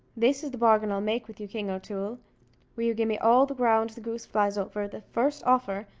this is the bargain i'll make with you, king o'toole will you gi' me all the ground the goose flies over, the first offer,